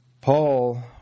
Paul